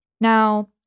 Now